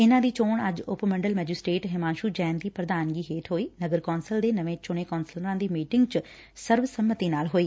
ਇਨਾਂ ਦੀ ਚੋਣ ਅੱਜ ਉਪ ਮੰਡਲ ਮੈਜਿਸਟਰੇਟ ਹਿਮਾਂਸੁ ਜੈਨ ਦੀ ਪ੍ਰਧਾਨਗੀ ਹੇਠ ਹੋਈ ਨਗਰ ਕੌਂਸਲ ਦੇ ਨਵੇ ਚੂਣੇ ਕੌਂਸਲਰਾਂ ਦੀ ਮੀਟਿੰਗ ਚ ਸਰਬ ਸੰਮਤੀ ਨਾਲ ਹੋਈ